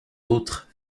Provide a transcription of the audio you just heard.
autres